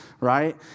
right